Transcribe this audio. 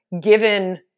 given